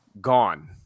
gone